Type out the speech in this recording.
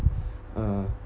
uh